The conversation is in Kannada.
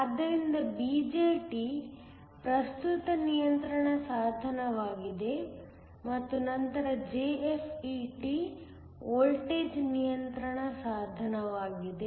ಆದ್ದರಿಂದ BJT ಪ್ರಸ್ತುತ ನಿಯಂತ್ರಣ ಸಾಧನವಾಗಿದೆ ಮತ್ತು ನಂತರ JFET ವೋಲ್ಟೇಜ್ ನಿಯಂತ್ರಣ ಸಾಧನವಾಗಿದೆ